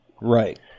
right